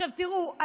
עכשיו תראו,